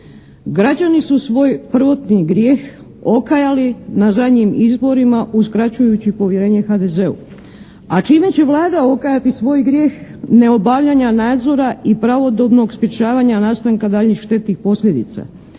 Građani su svoj prvotni grijeh okajali na zadnjim izborima uskraćujući povjerenje HDZ-u, a čime će Vlada okajati svoj grijeh neobavljanja nadzora i pravodobnog sprječavanja nastanka daljnjih štetnih posljedica?